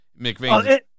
McVeigh